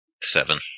Seven